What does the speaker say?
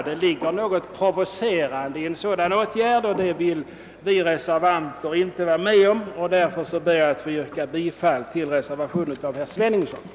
Det ligger något provocerande i en sådan åtgärd och det vill vi reservanter inte vara med om. Jag ber därför att få yrka bifall till reservationen av herr Sveningsson m.fl.